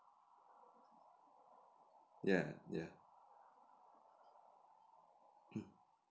ya ya mm